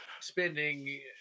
spending